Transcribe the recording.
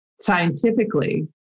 scientifically